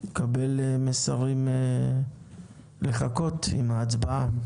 אני מקבל מסרים להמתין עם ההצבעה.